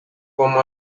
oma